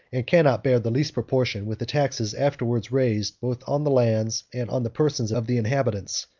and cannot bear the least proportion with the taxes afterwards raised both on the lands and on the persons of the inhabitants,